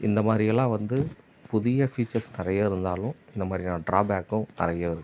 இந்த மாதிரி எல்லாம் வந்து புதிய ஃபியூச்சர்ஸ் நிறைய இருந்தாலும் இந்த மாதிரியான ட்ராபேக்கும் நிறையா இருக்குது